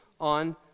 on